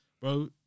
Bro